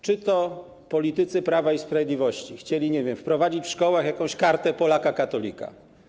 Czy to politycy Prawa i Sprawiedliwości chcieli, nie wiem, wprowadzić w szkołach jakąś kartę Polaka katolika?